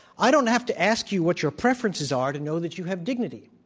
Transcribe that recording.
i don't have to ask you what your preferences are to know that you have dignity.